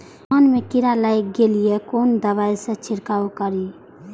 धान में कीरा लाग गेलेय कोन दवाई से छीरकाउ करी?